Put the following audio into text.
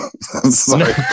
Sorry